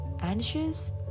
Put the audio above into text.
Anxious